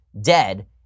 dead